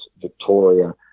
Victoria